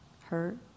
Hurt